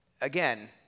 Again